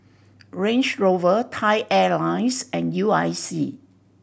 Range Rover Thai Airlines and U I C